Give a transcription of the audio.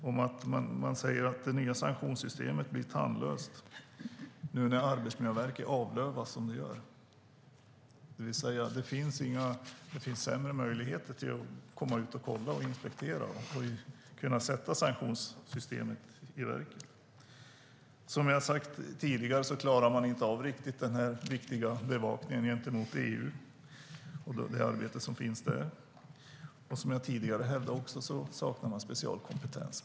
De säger att det nya systemet blir tandlöst nu när Arbetsmiljöverket avlövas som det gör. Det finns alltså sämre möjligheter att komma ut och kolla och inspektera och sätta sanktionssystemet i verket. Som jag har sagt tidigare klarar man inte riktigt av den viktiga bevakningen gentemot EU och det arbete som finns där. Som jag tidigare hävdade saknar man också specialkompetens.